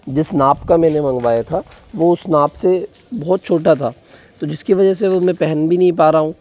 जिस नाप का मैंने मँगवाया था वो उस नाप से बहुत छोटा था तो जिसकी वजह से वो मैं पहन भी नहीं पा रहा हूँ